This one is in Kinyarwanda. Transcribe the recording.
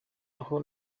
aho